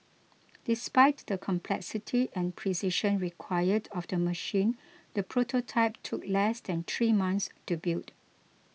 despite the complexity and precision required of the machine the prototype took less than three months to build